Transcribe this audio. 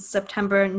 September